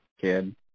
kid